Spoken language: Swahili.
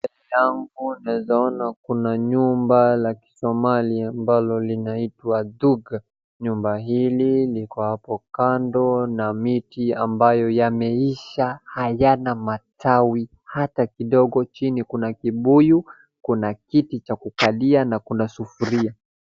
Mbele yangu naeza ona kuna nyumba la kisomalia ambalo linaitwa dhuka, nyumba hili liko hapo kando na miti ambayo yameisha hayana matawi hata kidogo, chini kuna kibuyu, kuna kiti cha kukali na kuna sufuria.